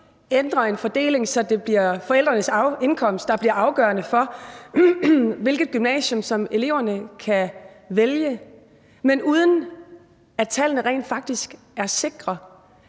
ændrer fordelingen, så det bliver forældrenes indkomst, der er afgørende for, hvilket gymnasium eleverne kan vælge, men uden at tallene rent faktisk er sikre.